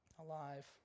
Alive